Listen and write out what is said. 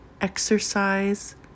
exercise